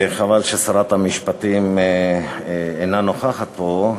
חבל ששרת המשפטים אינה נוכחת פה,